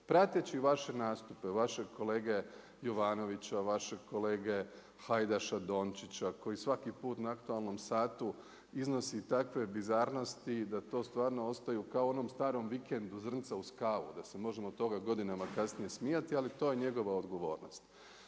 prateći vaše nastupe vašeg kolege Jovanovića, vašeg kolege Hajdaša Dončića, koji svaki put na aktualnom satu iznosu takve bizarnosti da to stvarno ostaju kao u onom starom vikendu zrnca uz kavu, da se možemo od toga godinama kasnije smijati, ali to je njegova odgovornost.